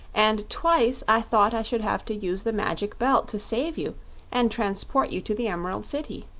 and twice i thought i should have to use the magic belt to save you and transport you to the emerald city.